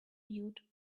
mute